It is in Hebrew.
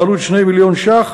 בעלות 2 מיליון ש"ח